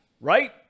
right